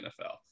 NFL